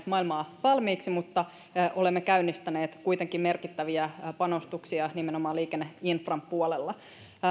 maailmaa valmiiksi mutta olemme käynnistäneet kuitenkin merkittäviä panostuksia nimenomaan liikenneinfran puolella